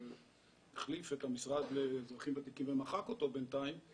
שהחליף את המשרד לאזרחים ותיקים ומחק אותו בינתיים,